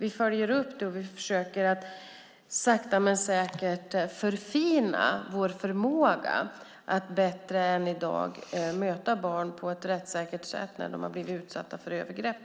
Vi följer upp det och försöker sakta men säkert förfina vår förmåga att bättre än i dag möta barn på ett rättssäkert sätt när de har blivit utsatta för övergrepp.